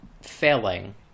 failing